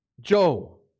Joe